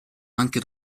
anche